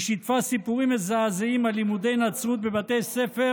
היא שיתפה סיפורים מזעזעים על לימודי נצרות בבתי ספר